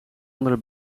andere